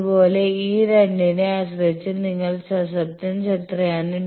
അതുപോലെ ഈ 2 നെ ആശ്രയിച്ച് നിങ്ങളുടെ സസെപ്റ്റൻസ് എത്രയാണ്